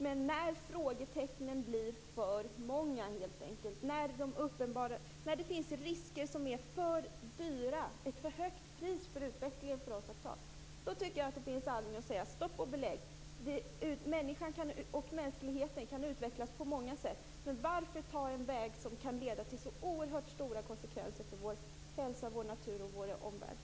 Men när frågetecknen blir för många, när det finns risker som är för stora och priset för utvecklingen är för högt för oss att ta, då tycker jag att det finns anledning att säga: Stopp och belägg! Människan och mänskligheten kan utvecklas på många sätt, men varför ta en väg som kan leda till så oerhört stora konsekvenser för vår hälsa, vår natur och vår omvärld?